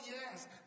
yes